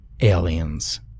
aliens